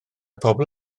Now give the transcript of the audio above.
pobl